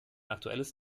aktuelles